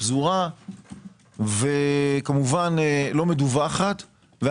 בפזורה ולא מדווחת כמובן,